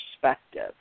perspective